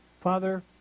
Father